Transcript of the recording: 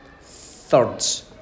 thirds